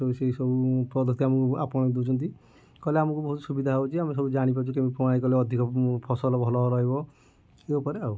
ସେଇ ସବୁ ପଦ୍ଧତି ଆମକୁ ଆପଣେଇ ଦେଉଛନ୍ତି କଲେ ଆମକୁ ବହୁତ ସୁବିଧା ହେଉଛି ଆମେ ସବୁ ଜାଣିପାରୁଛୁ କେମିତି ପ୍ରଣାଳୀ କଲେ ଅଧିକ ଫସଲ ଭଲ ରହିବ ଏଇ ଉପାୟରେ ଆଉ